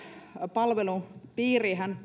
palvelun piiriinhän